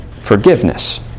forgiveness